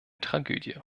tragödie